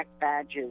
badges